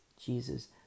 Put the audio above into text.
Jesus